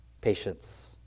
patience